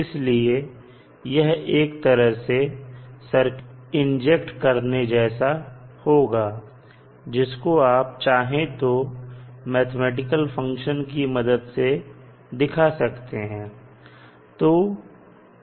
इसलिए यह एक तरह से सर्किट में अचानक से करंट इंजेक्ट करने जैसा होगा जिसको आप चाहें तो मैथमेटिकल फंक्शन की मदद से दिखा सकते हैं